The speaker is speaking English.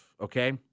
okay